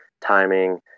timing